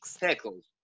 Pickles